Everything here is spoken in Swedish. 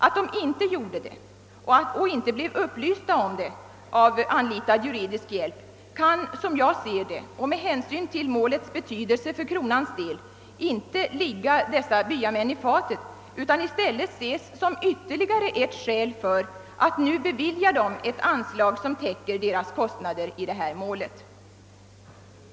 Att de inte gjorde det och inte blev upplysta om det av anlitad juridisk hjälp bör, som jag ser det, inte ligga dessa byamän i fatet utan bör i stället ses som ett ytterligare skäl för att nu bevilja dem ett anslag som täcker deras kostnader i detta mål.